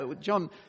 John